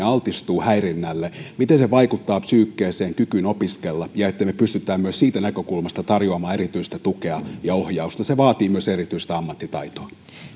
altistuu häirinnälle miten se vaikuttaa psyykeeseen kykyyn opiskella jotta me pystymme myös siitä näkökulmasta tarjoamaan erityistä tukea ja ohjausta se vaatii myös erityistä ammattitaitoa